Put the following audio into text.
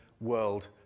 world